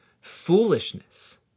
foolishness